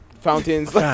fountains